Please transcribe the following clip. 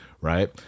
right